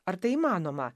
ar tai įmanoma